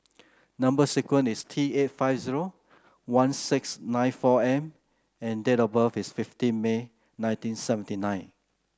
number sequence is T eight five zero one six nine four M and date of birth is fifteen May nineteen seventy nine